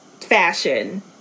fashion